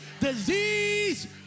Disease